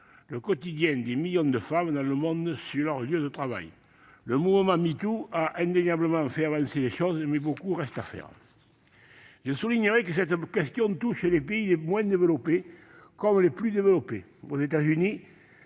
le quotidien de millions de femmes dans le monde sur leur lieu de travail. Le mouvement #MeToo a indéniablement fait avancer les choses, mais beaucoup reste à faire. Cette question touche tous les pays, les moins comme les plus développés. Aux États-Unis,